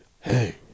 hey